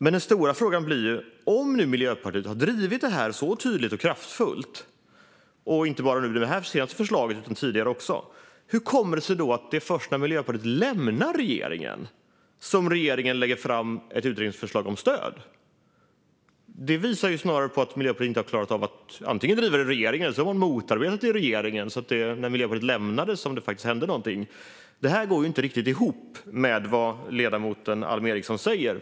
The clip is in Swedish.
Den stora frågan blir: Om nu Miljöpartiet har drivit det här så tydligt och kraftfullt, och inte bara för det här förslaget utan också tidigare, hur kommer det sig då att det är först när Miljöpartiet lämnar regeringen som regeringen lägger fram ett utredningsförslag om stöd? Det visar snarare på att Miljöpartiet antingen inte har klarat av att driva det i regeringen eller har motarbetat det i regeringen så att det är först när Miljöpartiet lämnade som det hände någonting. Det här går inte riktigt ihop med vad ledamoten Alm Ericson säger.